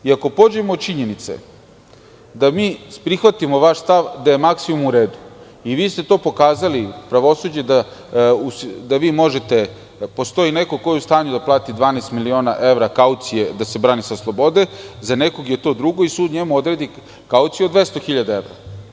Ako pođemo od činjenice da mi prihvatimo vaš stav da je maksimum u redu i vi ste to pokazali, pravosuđe, da postoji neko ko je u stanju da plati 12 miliona evra kaucije da se brani sa slobode, za nekog je to neki drugo i sud njemu odredi kauciju od 200.000 evra.